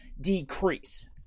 decrease